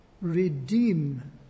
redeem